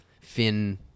Finn